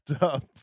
up